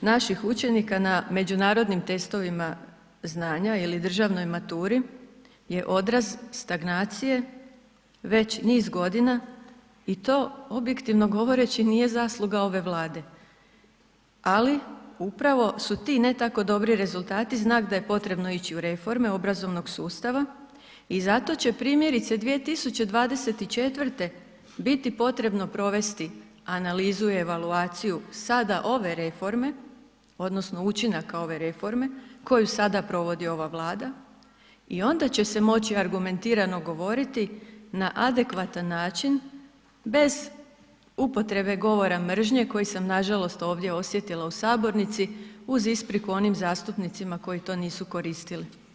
naših učenika na međunarodnim testovima znanja ili državnoj maturi je odraz stagnacije već niz godina i to objektivno govoreći, nije zasluga ove Vlade, ali upravo su ti, ne tako dobri rezultati znak da je potrebno ići u reforme obrazovnog sustava i zato će, primjerice 2024. biti potrebno provesti analizu i evaluaciju sada ove reforme, odnosno učinaka ove reforme koje sada provodi ova Vlada i onda će se moći argumentirano odgovoriti na adekvatan način bez upotrebe govora mržnje koji sam nažalost ovdje osjetila u sabornici uz ispriku onim zastupnicima koji to nisu koristili.